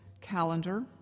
calendar